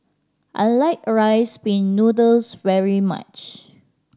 I like Rice Pin Noodles very much